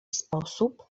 sposób